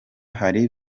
hari